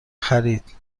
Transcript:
خرید